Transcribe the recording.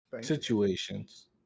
situations